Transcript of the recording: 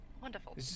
Wonderful